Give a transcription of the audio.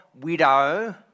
widow